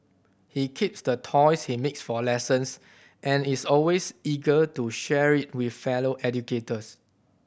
he keeps the toys he makes for lessons and is always eager to share it with fellow educators